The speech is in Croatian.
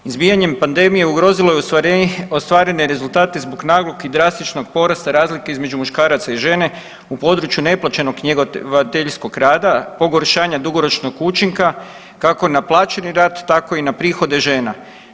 Izbijanjem pandemije ugrozilo je ostvarene rezultate zbog naglog i drastičnog porasta razlike između muškaraca i žene u području neplaćenog njegovateljskog rada, pogoršanja dugoročnog učinka kako na plaćeni rad, tako i na prihode žena.